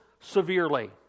severely